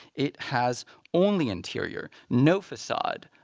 it has only interior, no facade.